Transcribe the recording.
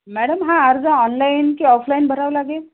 madam हा अर्ज online की ऑफलाईन भरावं लागेल